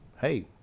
hey